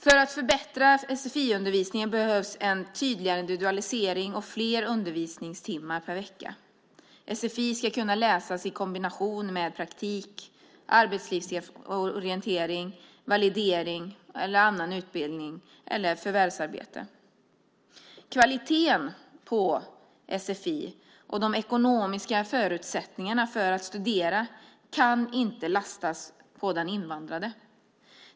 För att förbättra sfi-undervisningen behövs en tydligare individualisering och fler undervisningstimmar per vecka. Sfi ska kunna läsas i kombination med praktik, arbetslivsorientering, validering, annan utbildning eller förvärvsarbete. Kvaliteten på sfi och de ekonomiska förutsättningarna för att studera kan inte lastas på den invandrade.